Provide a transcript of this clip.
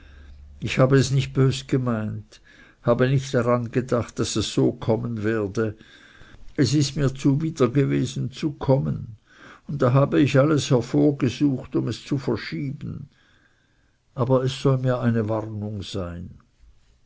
ich habe es nicht bös gemeint habe nicht daran gedacht daß es so kommen werde es ist mir zuwider gewesen zu kommen und da habe ich alles hervorgesucht um es zu verschieben aber es soll mir eine warnung sein